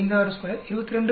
42 17 11